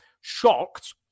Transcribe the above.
shocked